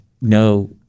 no –